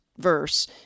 verse